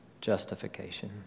justification